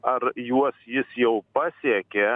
ar juos jis jau pasiekė